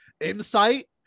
insight